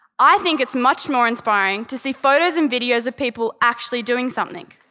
i think it's much more inspiring to see photos and videos of people actually doing something.